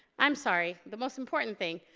i'm sorry, the most important thing.